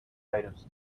items